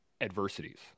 adversities